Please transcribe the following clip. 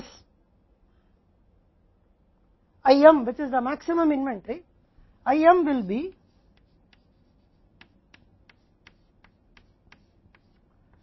तो इस विशेष रिफर स्लाइड टाइम 0009 से अब आंकड़ा पहली बात यह है कि हम कुछ समीकरण लिख सकते हैं